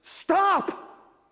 stop